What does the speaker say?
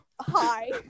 Hi